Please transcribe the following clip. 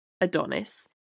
Adonis